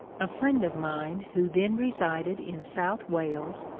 a friend of mine, who then resided in south wales,